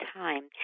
time